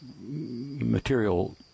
material